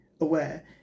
aware